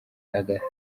agasaba